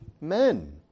men